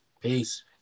Peace